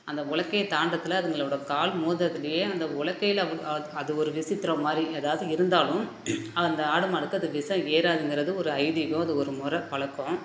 அந்த உலக்கைய தாண்டறத்துல அதுங்களோட கால் மோதுறதுலையே அந்த உலக்கைல அவு அது அது ஒரு விசித்திரம் மாதிரி ஏதாவது இருந்தாலும் அந்த ஆடு மாடுக்கு அது விஷம் ஏறாதுங்கிறது ஒரு ஐதீகம் அது ஒரு முறை பழக்கோம்